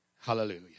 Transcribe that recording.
Hallelujah